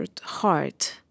heart